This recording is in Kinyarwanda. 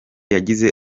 yagize